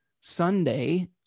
Sunday